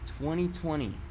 2020